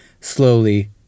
slowly